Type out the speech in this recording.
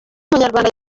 umunyarwanda